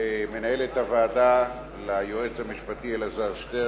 למנהלת הוועדה, ליועץ המשפטי אלעזר שטרן,